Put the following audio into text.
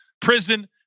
prison